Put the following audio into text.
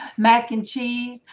mac and cheese.